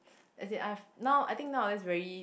as in I've now I think nowadays very